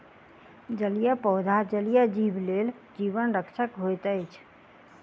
जलीय पौधा जलीय जीव लेल जीवन रक्षक होइत अछि